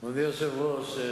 אדוני היושב-ראש,